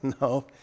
No